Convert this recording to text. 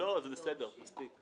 לא, זה בסדר, מספיק.